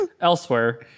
elsewhere